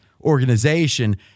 organization